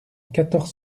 quatorze